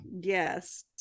Yes